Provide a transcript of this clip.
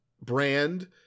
brand